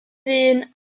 ddyn